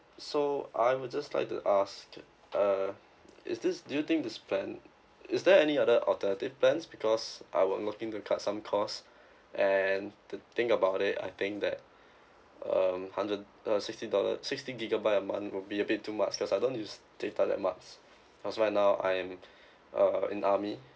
so I would just like to ask uh is this do you think this plan is there any other alternative plans because I might working to cut some cost and to think about it I think that um hundred uh sixty dollar sixty gigabyte a month will be a bit too much cause I don't use data that much cause right now I'm uh in army